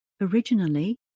Originally